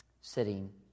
sitting